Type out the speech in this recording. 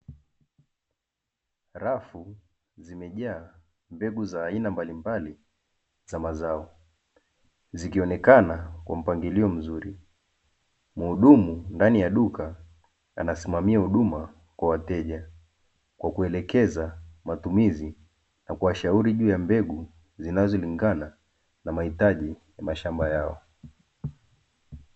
Rafu zimejaa bidhaa za aina mbalimbali za mazao zinazoonekana kwampangilio mzuri, mhudumu ndani ya duka anasimamia huduma kwa wateja kwa kuelekeza matumizi na kuwashauri juu ya mbegu zinazolingana na mahitaji mashamba yao.